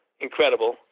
incredible